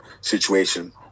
situation